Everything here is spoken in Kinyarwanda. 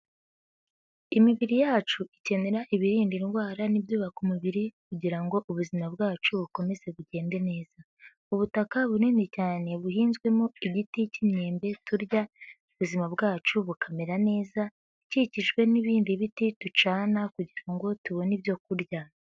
Imibiri yacu ikenera ibirinda indwara n'ibyubaka umubiri kugira ngo ubuzima bwacu bukomeze bugende neza. Ubutaka bunini cyane buhinzwemo igiti k'imyembe turya ubuzima bwacu bukamera neza ikikijwe n'ibindi biti ducana kugira ngo tubone ibyo kurya.